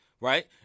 right